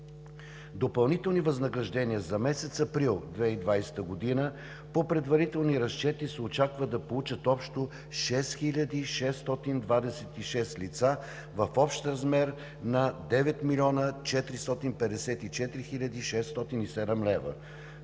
Допълнителни възнаграждения за месец април 2020 г. по предварителни разчети се очаква да получат общо 6626 лица в общ размер на 9 454 607 лв.,